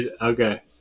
Okay